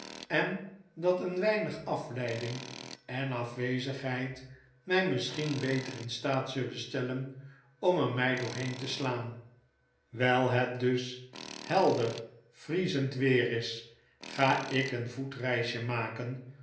en dat een weinig afleiding en afwezigheid my misschien beter in staat zullen stellen om er my doorheen te slaan wyl het dus helder vriezend weer is ga ik een voetreisje maken